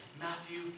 Matthew